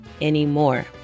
anymore